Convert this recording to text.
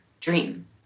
dream